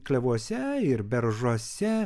klevuose ir beržuose